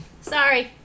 Sorry